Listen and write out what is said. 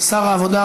שר העבודה,